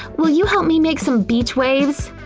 will you help me make some beach waves?